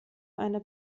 eine